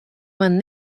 man